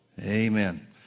Amen